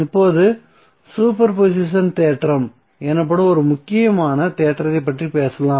இப்போது superposition தேற்றம் எனப்படும் ஒரு முக்கியமான தேற்றத்தைப் பற்றி பேசலாம்